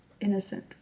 innocent